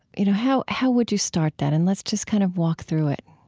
you know, how how would you start that and let's just kind of walk through it